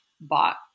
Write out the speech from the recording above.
bought